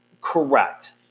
correct